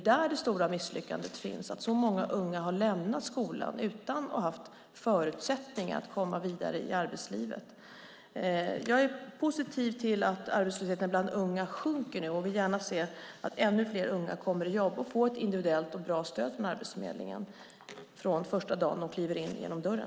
Det stora misslyckandet är att så många unga har lämnat skolan utan förutsättningar att komma vidare till arbetslivet. Jag är positiv till att arbetslösheten bland unga sjunker nu och vill gärna se att ännu fler unga kommer i jobb och får ett individuellt och bra stöd från Arbetsförmedlingen från första dagen de kliver in genom dörren.